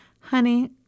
Honey